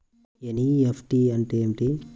NEFT అంటే ఏమిటీ?